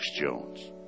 Jones